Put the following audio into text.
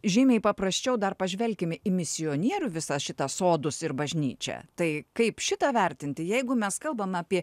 žymiai paprasčiau dar pažvelkime į misionierių visą šitą sodus ir bažnyčią tai kaip šitą vertinti jeigu mes kalbam apie